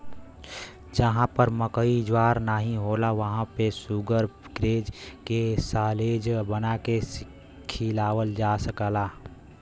जहां पर मकई ज्वार नाहीं होला वहां पे शुगरग्रेज के साल्लेज बना के खियावल जा सकला